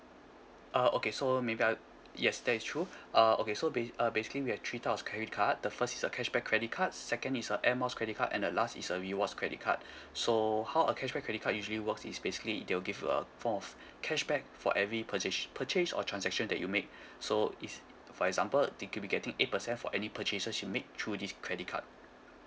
uh okay so maybe I yes that is true uh okay so basi~ uh basically we have three types of credit card the first is a cashback credit card second is a air miles credit card and the last is a rewards credit card so how a cashback credit card usually works is basically they will give you a form of cashback for every purchase purchase or transaction that you make so is for example ti get you're be getting eight percent for any purchases you make through this credit card